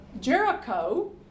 Jericho